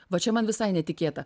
va čia man visai netikėta